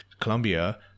Colombia